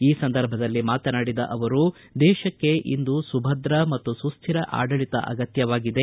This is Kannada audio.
ಈ ಸಂದರ್ಭದಲ್ಲಿ ಮಾತನಾಡಿದ ಅವರು ದೇಶಕ್ಕೆ ಇಂದು ಸುಭದ್ರ ಮತ್ತು ಸುಕ್ಕರ ಆಡಳಿತ ಅಗತ್ಯವಾಗಿದೆ